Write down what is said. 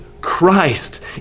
christ